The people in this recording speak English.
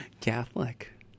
Catholic